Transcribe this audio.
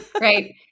Right